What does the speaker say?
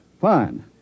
Fine